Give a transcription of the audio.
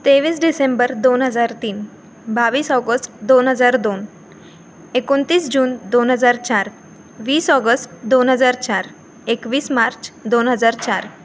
तेवीस डिसेंबर दोन हजार तीन बावीस ऑगस्ट दोन हजार दोन एकोणतीस जून दोन हजार चार वीस ऑगस्ट दोन हजार चार एकवीस मार्च दोन हजार चार